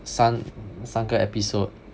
like 三三个 episode